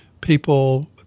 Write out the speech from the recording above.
people